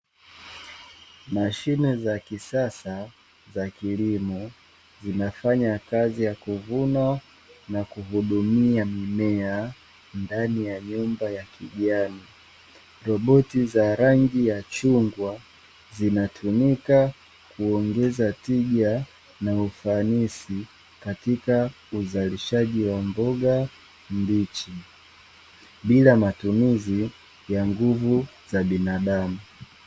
mashine za kisasa za kilimo zinafanya kazi ya kuvuna na kuhudumia mmea ndani ya nyumba ya kijani, roboti za rangi za chungwa zinatumika kuongeza tija na ufanisi katika uzalishaji wa mboga mbichi bila matumizi ya nguvu za binadamu.